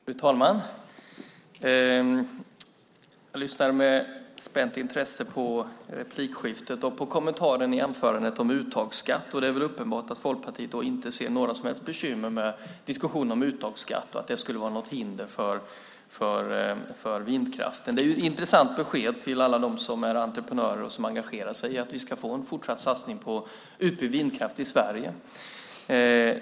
Fru talman! Jag lyssnade med spänt intresse på replikskiftet och på kommentaren om uttagsskatt i anförandet. Det är väl uppenbart att Folkpartiet inte ser några som helst bekymmer i diskussionen om uttagsskatt och att den skulle vara något hinder för vindkraften. Det är ett intressant besked till alla dem som är entreprenörer och som engagerar sig för att vi ska få en fortsatt satsning på utbyggd vindkraft i Sverige.